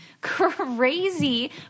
crazy